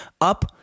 up